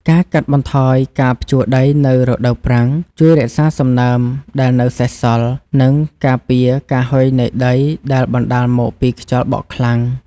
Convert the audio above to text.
ការកាត់បន្ថយការភ្ជួរដីនៅរដូវប្រាំងជួយរក្សាសំណើមដែលនៅសេសសល់ និងការពារការហុយនៃដីដែលបណ្តាលមកពីខ្យល់បក់ខ្លាំង។